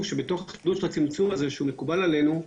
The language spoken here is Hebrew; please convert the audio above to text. שבתוך החידוד של הצמצום הזה שמקובל עלינו,